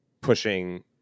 pushing